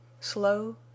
slow